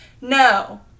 No